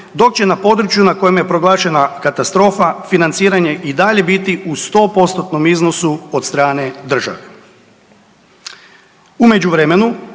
dok će na području na kojem je proglašena katastrofa financiranje i dalje biti u 100%-tnom iznosu od strane države.